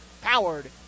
powered